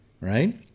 right